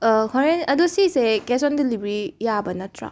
ꯍꯣꯔꯦꯟ ꯑꯗꯣ ꯁꯤꯁꯦ ꯀꯦꯁ ꯑꯣꯟ ꯗꯤꯂꯤꯕꯔꯤ ꯌꯥꯕ ꯅꯠꯇ꯭ꯔꯣ